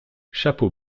chapeau